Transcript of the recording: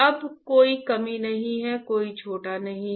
अब कोई कमी नहीं है कोई छोटा नहीं है